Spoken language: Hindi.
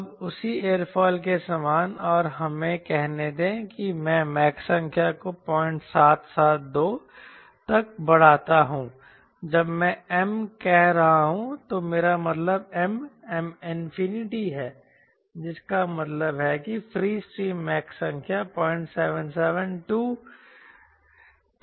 अब उसी एयरफॉइल के समान और हमें कहने दें कि मैं मैक संख्या को 0772 तक बढ़ाता हूं जब मैं M कह रहा हूं तो मेरा मतलब M Mहै जिसका मतलब है कि फ्री स्ट्रीम मैक संख्या 0772